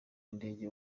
indege